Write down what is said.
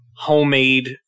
Homemade